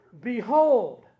behold